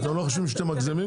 אתם לא חושבים שאתם מגזימים קצת?